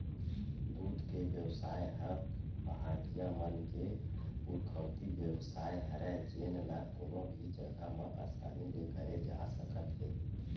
दूद के बेवसाय ह पहाटिया मन के पुरखौती बेवसाय हरय जेन ल कोनो भी जघा म असानी ले करे जा सकत हे